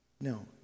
No